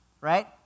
right